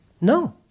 No